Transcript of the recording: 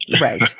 Right